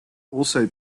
also